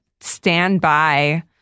standby